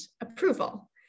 approval